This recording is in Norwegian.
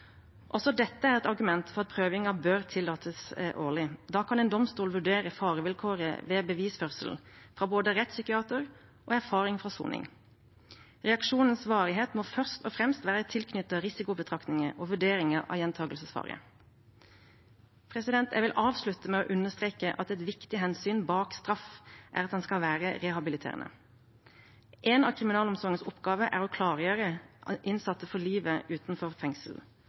Også dette er et argument for at prøvingen bør tillates årlig. Da kan en domstol vurdere farevilkåret ved bevisførselen, fra både rettspsykiater og erfaring fra soning. Reaksjonens varighet må først og fremst være tilknyttet risikobetraktninger og vurderinger av gjentakelsesfaren. Jeg vil avslutte med å understreke at et viktig hensyn bak straff er at den skal være rehabiliterende. En av kriminalomsorgens oppgaver er å klargjøre innsatte for livet utenfor